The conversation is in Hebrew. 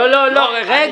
אם